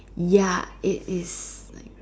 ya it is like